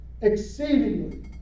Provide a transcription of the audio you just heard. Exceedingly